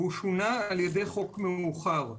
והוא שונה על-ידי חוק מאוחר.